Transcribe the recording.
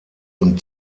und